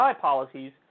policies